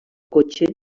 cotxe